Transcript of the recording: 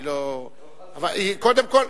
קודם כול,